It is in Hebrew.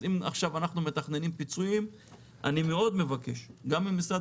אז אם אנחנו מתכננים פיצויים אני מאוד מבקש גם ממשרד